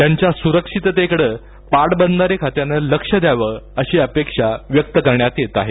त्यांच्या सुरक्षिततेकडं पाटबंधारे खात्यानं लक्ष द्यावं अशी अपेक्षा व्यक्त करण्यात येत आहे